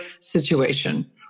situation